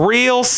Real